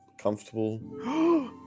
comfortable